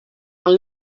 and